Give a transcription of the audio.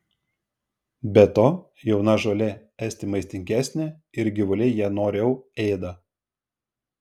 be to jauna žolė esti maistingesnė ir gyvuliai ją noriau ėda